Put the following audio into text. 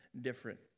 different